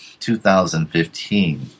2015